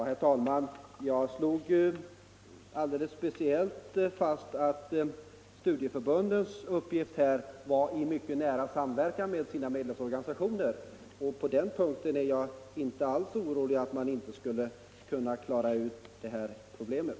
Herr talman! Jag slog speciellt fast att studieförbundens arbete sker i mycket nära samverkan med deras medlemsorganisationer. På den punkten är jag inte alls orolig för att de inte skulle kunna klara det här problemet.